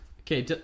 Okay